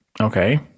okay